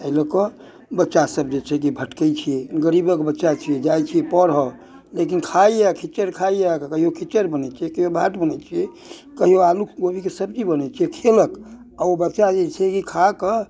ताहि लऽ कऽ बच्चा सभ जे छै कि भटकै छियै गरीबक बच्चा छियै जाइ छियै पढ़ऽ लेकिन खाइया खिचड़ि खाइया कहियो खिचड़ि बनै छै कहियो भात बनै छै कहियो आलू कोबी के सब्जी बनै छै खेलक आ ओ बच्चा जे छै कि खाकऽ